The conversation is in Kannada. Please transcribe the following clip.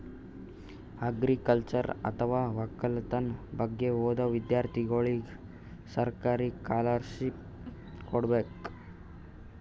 ಅಗ್ರಿಕಲ್ಚರ್ ಅಥವಾ ವಕ್ಕಲತನ್ ಬಗ್ಗೆ ಓದಾ ವಿಧ್ಯರ್ಥಿಗೋಳಿಗ್ ಸರ್ಕಾರ್ ಸ್ಕಾಲರ್ಷಿಪ್ ಕೊಡ್ತದ್